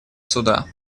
суда